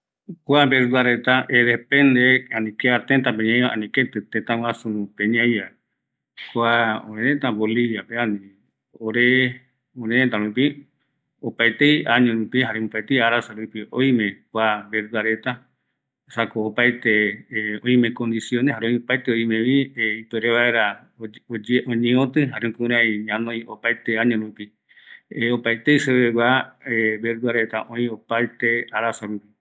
Kua verdura reta, ore örërëta rupi oime opaete arasa rupi, kuape oime ñanoi vaera, jare yaikatu rupi ñañoti ya, iru tëtä rupi oime jeta iroi, kuape mbaetɨ